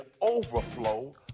overflow